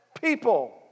people